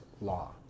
law